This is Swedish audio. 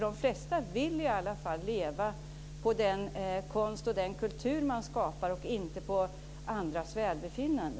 De flesta vill i alla fall leva på den konst och den kultur de skapar och inte på andras välbefinnande.